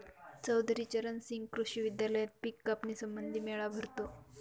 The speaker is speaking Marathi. चौधरी चरण सिंह कृषी विद्यालयात पिक कापणी संबंधी मेळा भरतो